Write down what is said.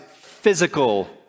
physical